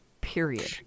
Period